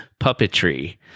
puppetry